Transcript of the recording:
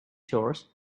chores